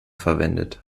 verwendet